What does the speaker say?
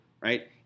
right